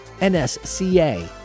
NSCA